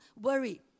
worry